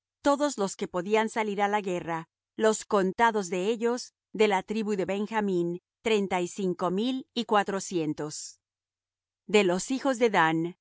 todos los que podían salir á la guerra los contados de ellos de la tribu de benjamín treinta y cinco mil y cuatrocientos de los hijos de dan